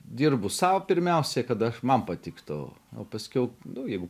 dirbu sau pirmiausiai kad aš man patiktų o paskiau nu jau